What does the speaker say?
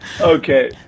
Okay